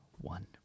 one